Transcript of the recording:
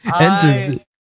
Enter